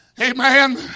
Amen